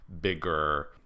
bigger